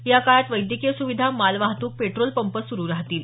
या काळात वैद्यकीय सुविधा मालवाहतुक पेट्रोल पप सुरु राहतील